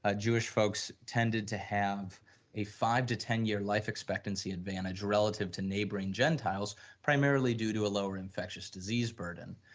ah jewish folks tended to have a five to ten year life expectancy advantage relative to neighboring gentiles primarily due to a lower infectious disease burden.